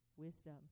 wisdom